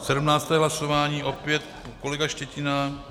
Sedmnácté hlasování, opět kolega Štětina.